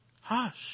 hush